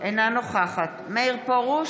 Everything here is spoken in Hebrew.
אינה נוכחת מאיר פרוש,